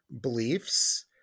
beliefs